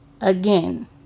Again